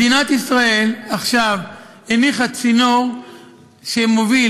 מדינת ישראל עכשיו הניחה צינור שמוביל